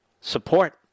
support